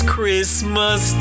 Christmas